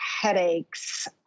headaches